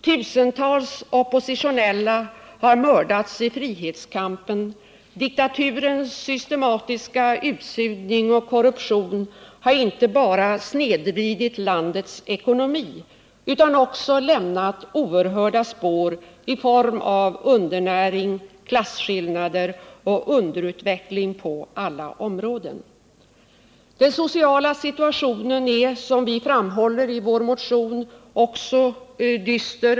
Tusentals oppositionella har mördats i frihetskampen, diktaturens systematiska utsugning och korruption har inte bara snedvridit landets ekonomi utan också lämnat oerhörda spår i form av undernäring, klasskillnader och underutveckling på alla områden. Den sociala situationen är, som vi framhåller i vår motion, också dyster.